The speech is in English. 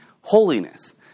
holiness